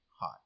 hot